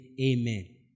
Amen